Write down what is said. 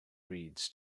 reeds